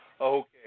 Okay